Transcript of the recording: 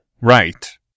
right